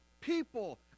people